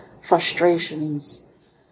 frustrations